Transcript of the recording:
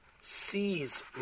sees